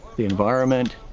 the environment,